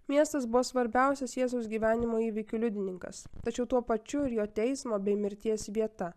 miestas buvo svarbiausias jėzaus gyvenimo įvykių liudininkas tačiau tuo pačiu ir jo teismo bei mirties vieta